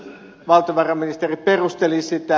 valtiovarainministeri perusteli sitä